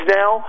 now